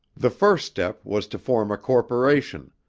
the first step was to form a corporation,